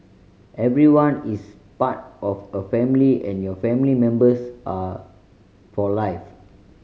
everyone is part of a family and your family members are for life